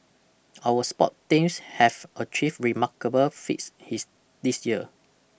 our sport teams have achieved remarkable feats his this year